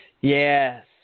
Yes